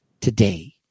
today